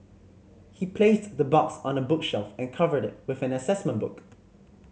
he placed the box on a bookshelf and covered it with an assessment book